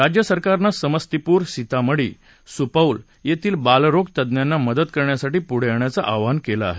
राज्यसरकारनं समस्तीपूर सीतामढी आणि सुपौल येथील बालरोग तज्ञांना मदत करण्यासाठी पुढे येण्याचं आवाहन केलं आहे